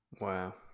Wow